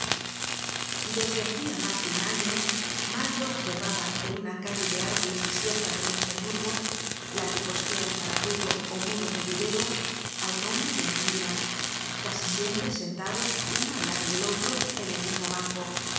desde hacia mas de un año mario observaba en una calle de árboles desierta del luxemburgo la que costea el parapeto ó muro del vivero á un hombre y á una niña casi siempre sentados uno al lado del otro en el mismo banco